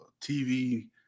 TV